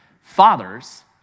Fathers